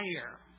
fire